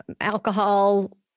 alcohol